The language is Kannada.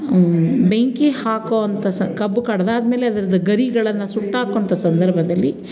ಬೆಂಕಿ ಹಾಕುವಂಥ ಸ ಕಬ್ಬು ಕಡಿದಾದ್ಮೇಲೆ ಅದ್ರದ್ದು ಗರಿಗಳನ್ನು ಸುಟ್ಟಾಕೋಂಥ ಸಂದರ್ಭದಲ್ಲಿ